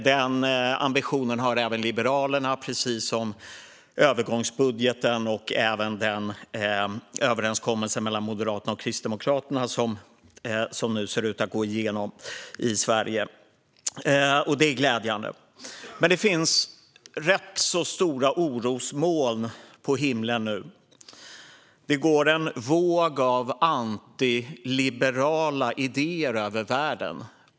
Den ambitionen har Liberalerna, precis som övergångsbudgeten och även den överenskommelse mellan Moderaterna och Kristdemokraterna som nu ser ut att gå igenom i Sverige. Det är glädjande. Men det finns rätt stora orosmoln på himlen. Det går en våg av antiliberala idéer över världen.